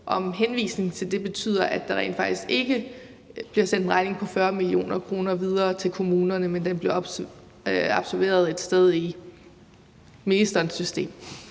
påføre kommunerne, betyder, at der rent faktisk ikke bliver sendt en regning på 40 mio. kr. videre til kommunerne, men at den bliver absorberet et sted i ministerens system.